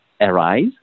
arise